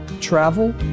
travel